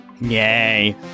Yay